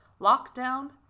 Lockdown